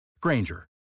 Granger